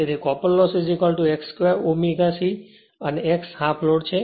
કારણ કે copper loss x 2 W c અને x હાફ લોડ છે